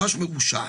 ממש מרושעת.